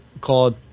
called